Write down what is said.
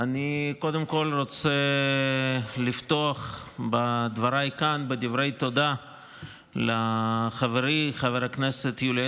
קודם כול אני רוצה לפתוח כאן בדברי תודה לחברי חבר הכנסת יולי אדלשטיין,